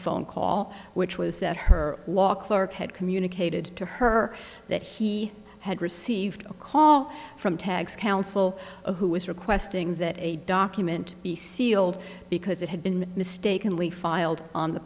phone call which was that her law clerk had communicated to her that he had received a call from tags counsel who was requesting that a document be sealed because it had been mistakenly filed on the